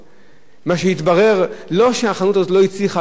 לא שהחנות הזאת לא הצליחה כי המיקום שלה לא היה מתאים,